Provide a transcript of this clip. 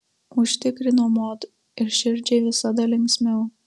užtikrino mod ir širdžiai visada linksmiau